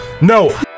No